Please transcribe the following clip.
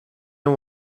and